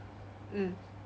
mm